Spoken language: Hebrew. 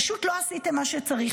פשוט לא עשיתם מה שצריך,